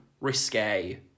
risque